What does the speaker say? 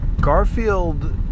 Garfield